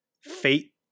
fate